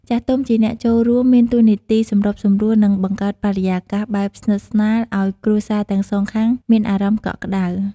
ចាស់ទុំជាអ្នកចូលរួម មានទួនាទីសម្របសម្រួល និង បង្កើតបរិយាកាសបែបស្និទ្ធស្នាល ឲ្យគ្រួសារទាំងសងខាងមានអារម្មណ៍កក់ក្ដៅ។